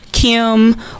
Kim